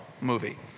movie